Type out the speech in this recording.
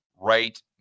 right